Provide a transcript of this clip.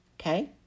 Okay